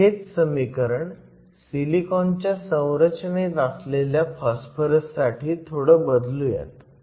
आपण हेच समीकरण सिलिकॉनच्या संरचनेत असलेल्या फॉस्फरस साठी थोडं बदलूयात